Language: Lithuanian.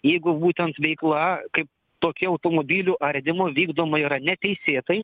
jeigu būtent veikla kaip tokie automobilių ardymo vykdoma yra neteisėtai